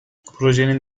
projenin